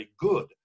good